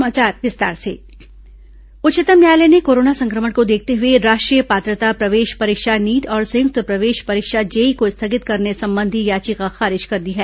NEET JEE परीक्षा उच्चतम न्यायालय ने कोरोना संक्रमण को देखते हुए राष्ट्रीय पात्रता प्रवेश परीक्षा नीट और संयुक्त प्रवेश परीक्षा जेईई को स्थगित करने संबंधी याचिका खारिज कर दी है